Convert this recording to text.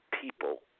people